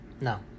no